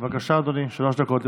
בבקשה, אדוני, שלוש דקות לרשותך.